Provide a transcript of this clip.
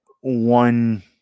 one